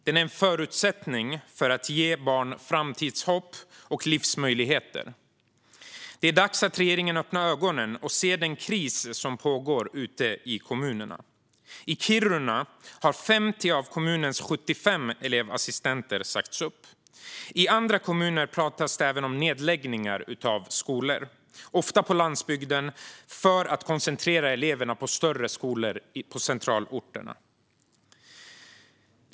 Den är en förutsättning för att ge barn framtidshopp och livsmöjligheter. Det är dags att regeringen öppnar ögonen och ser den kris som pågår ute i kommunerna. I Kiruna har 50 av kommunens 75 elevassistenter sagts upp. I andra kommuner pratas det även om nedläggningar av skolor, ofta på landsbygden för att koncentrera eleverna på större skolor på centralorterna.